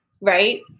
right